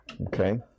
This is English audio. Okay